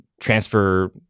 transfer